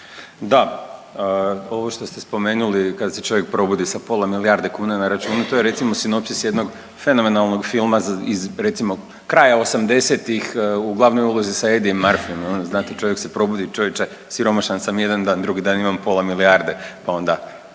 Da. Ovo što ste spomenuli kada se čovjek probudi sa pola milijarde kuna na računu, to je recimo sinopsis jednog fenomenalnog filma iz recimo, kraja 80-ih u glavnoj ulazi sa Eddiejem Murphyjem, znate, čovjek se probudi, čovječe, siromašan sam jedan dan, drugi dan imam pola milijarde pa onda,